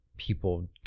people